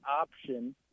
option